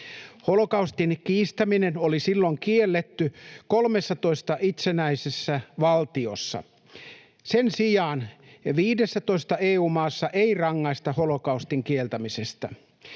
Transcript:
Holokaustin kiistäminen oli silloin kielletty 13 itsenäisessä valtiossa. Sen sijaan 15 EU-maassa ei rangaista holokaustin kieltämisestä.